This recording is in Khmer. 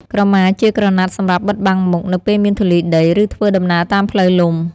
ក្រមាជាក្រណាត់សម្រាប់បិទបាំងមុខ នៅពេលមានធូលីដី ឬធ្វើដំណើរតាមផ្លូវលំ។